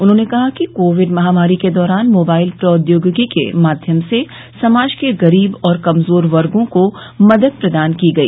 उन्होंने कहा कि कोविड महामारी के दौरान मोबाइल प्रौद्योगिकी के माध्यम से समाज के गरीब और कमजोर वर्गो को मदद प्रदान की गई